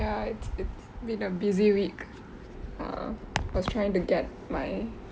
ya it's it's been a busy week err was trying to get my